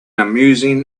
amusing